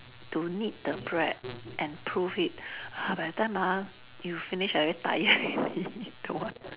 to knead the bread and proof it !huh! by time ah you finish I very tired already don't want